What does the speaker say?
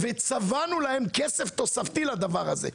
וצבענו להם כסף תוספתי לדבר הזה.